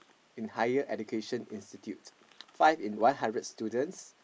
in higher education institute five in one hundred students